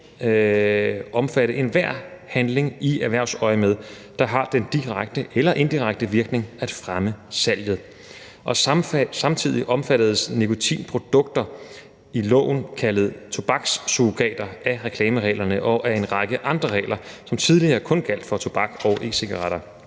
omfatte enhver handling i erhvervsøjemed, der har den direkte eller indirekte virkning at fremme salget. Samtidig omfattedes nikotinprodukter, i loven kaldet tobakssurrogater, af reklamereglerne og af en række andre regler, som tidligere kun gjaldt for tobak og e-cigaretter.